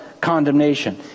condemnation